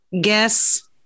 guess